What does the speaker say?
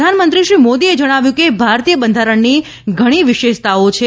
પ્રધાનમંત્રી શ્રી મોદીએ જણાવ્યું કે ભારતીય બંધારણની ધણી વિશેષતાઓ છે